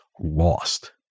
lost